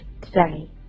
today